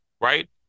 right